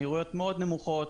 מהירויות מאוד נמוכות.